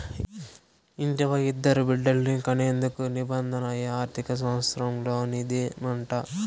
ఇంటివా, ఇద్దరు బిడ్డల్ని కనేందుకు నిబంధన ఈ ఆర్థిక శాస్త్రంలోనిదేనంట